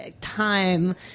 time